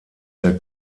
sehr